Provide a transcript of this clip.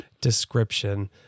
description